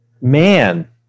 man